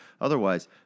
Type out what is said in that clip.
Otherwise